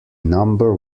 number